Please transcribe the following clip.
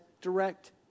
direct